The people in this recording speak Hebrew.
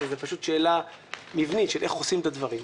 זו פשוט שאלה מבנית של איך עושים את הדברים.